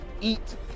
eat